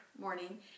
morning